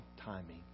timing